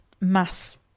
mass